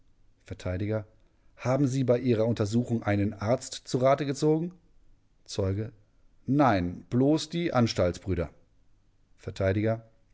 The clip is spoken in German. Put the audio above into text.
vert haben sie bei ihrer untersuchung einen arzt zu rate gezogen zeuge nein bloß die